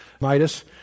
Midas